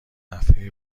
دفعه